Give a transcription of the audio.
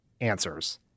answers